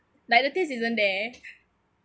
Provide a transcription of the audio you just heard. like the taste isn't there